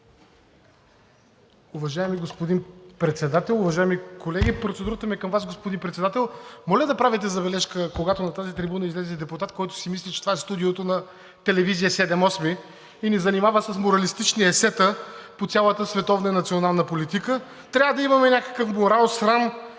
Уважаеми господин Председател, уважаеми колеги! Процедурата ми е към Вас, господин Председател. Моля да правите забележка, когато на тази трибуна излезе депутат, който си мисли, че това е студиото на 7/8 TV и ни занимава с моралистични есета по цялата световна и национална политика. Трябва да имаме някакъв морал и срам.